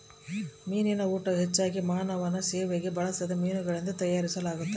ಮೀನಿನ ಊಟವು ಹೆಚ್ಚಾಗಿ ಮಾನವನ ಸೇವನೆಗೆ ಬಳಸದ ಮೀನುಗಳಿಂದ ತಯಾರಿಸಲಾಗುತ್ತದೆ